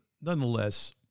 nonetheless